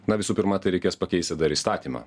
na visų pirma tai reikės pakeisti dar įstatymą